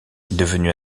devenue